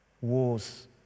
wars